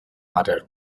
matter